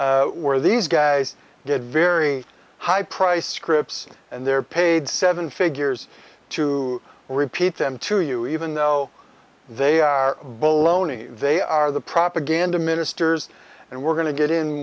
where these guys get very high priced scripts and they're paid seven figures to repeat them to you even though they are bull loney they are the propaganda ministers and we're going to get in